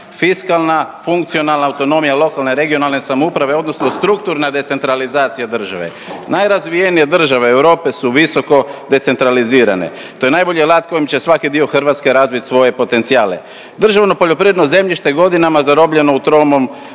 fiskalna, funkcionalna autonomija lokalne i regionalne samouprave odnosno strukturna decentralizacija države. Najrazvijenije države Europe su visoko decentralizirane, to je najbolji alat kojim će svaki dio Hrvatske razvit svoje potencijalne. Državno poljoprivredno zemljište godinama zarobljeno u tromom